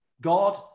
God